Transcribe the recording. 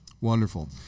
Wonderful